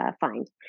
find